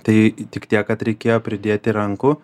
tai tik tiek kad reikėjo pridėti rankų